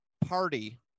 party